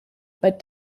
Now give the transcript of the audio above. but